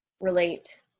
relate